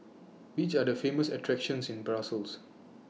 Which Are The Famous attractions in Brussels